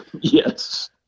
Yes